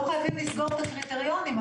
לא חייבים לסגור את הקריטריונים,